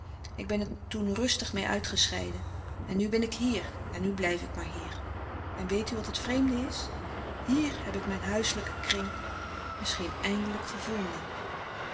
ik ben er toen rustig meê uitgescheiden en nu ben ik hier en nu blijf ik maar hier en weet u wat het vreemde is hier heb ik mijn huiselijken kring misschien eindelijk gevonden